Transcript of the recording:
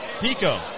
Pico